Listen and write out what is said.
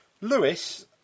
Lewis